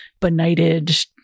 benighted